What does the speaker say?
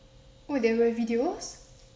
oh there were videos